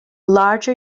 larger